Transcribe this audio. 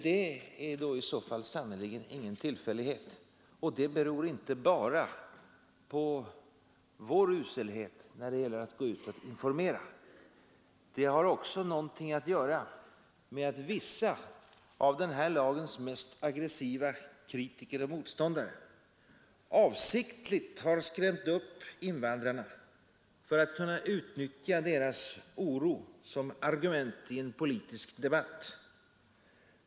Det är i så fall sannerligen ingen tillfällighet, och det beror inte bara på vår uselhet när det gäller att informera. Det har också något att göra med att vissa av denna lags mest aggressiva kritiker och motståndare avsiktligt har skrämt upp invandrarna för att kunna utnyttja deras oro som argument i en politisk debatt.